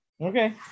Okay